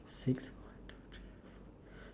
six one two three four